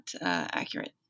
accurate